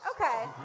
Okay